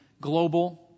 global